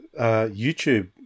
YouTube